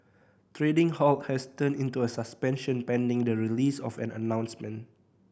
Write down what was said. trading halt has turned into a suspension pending the release of an announcement